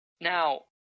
Now